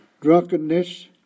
drunkenness